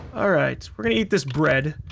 alright we're gonna eat this bread.